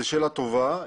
זו שאלה טובה,